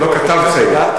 לא כתב צעיר.